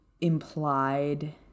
implied